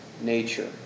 nature